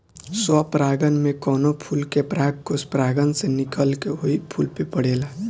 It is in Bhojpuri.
स्वपरागण में कवनो फूल के परागकोष परागण से निकलके ओही फूल पे पड़ेला